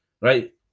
right